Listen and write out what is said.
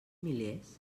milers